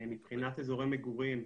מבחינת אזורי מגורים,